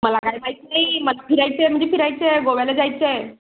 मला काय जायचं आहे मला फिरायचं आहे म्हणजे फिरायचं आहे गोव्याला जायचं आहे